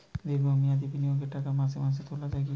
দীর্ঘ মেয়াদি বিনিয়োগের টাকা মাসে মাসে তোলা যায় কি?